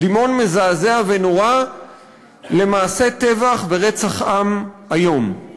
קדימון מזעזע ונורא למעשי טבח ורצח עם איום.